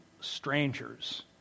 strangers